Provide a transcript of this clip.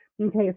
okay